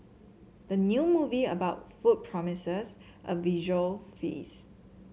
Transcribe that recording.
the new movie about food promises a visual feast